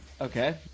Okay